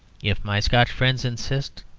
if my scotch friends insist,